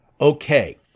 Okay